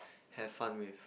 have fun with